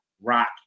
rock